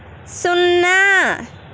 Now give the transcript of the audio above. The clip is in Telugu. సున్నా